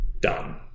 done